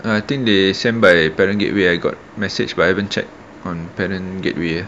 I think they send by parents gateway I got message but I haven't checked on parents gateway lah